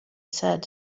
said